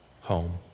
home